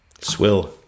Swill